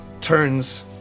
turns